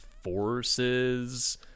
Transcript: Forces